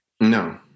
No